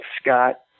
Scott